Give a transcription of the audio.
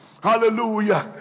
Hallelujah